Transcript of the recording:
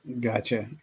Gotcha